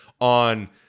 on